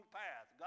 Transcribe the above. path